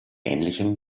ähnlichem